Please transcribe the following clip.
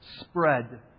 Spread